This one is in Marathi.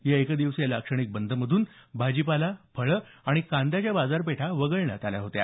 या एकदिवसीय लाक्षणिक बंदमधून भाजी पाला फळं आणि कांद्याच्या बाजारपेठा वगळण्यात आल्या होत्या